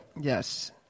Yes